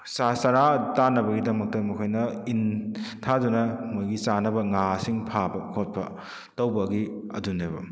ꯆꯥꯛ ꯆꯥꯔꯥ ꯇꯥꯟꯅꯕꯒꯤꯗꯃꯛꯇ ꯃꯈꯣꯏꯅ ꯏꯟ ꯊꯥꯗꯨꯅ ꯃꯣꯏꯒꯤ ꯆꯥꯅꯕ ꯉꯥꯁꯤꯡ ꯐꯥꯕ ꯈꯣꯠꯄ ꯇꯧꯕꯒꯤ ꯑꯗꯨꯅꯦꯕ